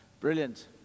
Brilliant